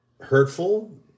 hurtful